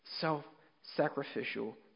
self-sacrificial